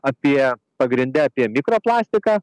apie pagrinde apie mikroplastiką